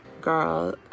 girl